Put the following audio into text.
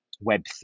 Web